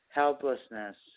helplessness